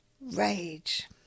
rage